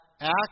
act